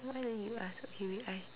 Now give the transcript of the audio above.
why don't you ask okay wait I